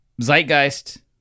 Zeitgeist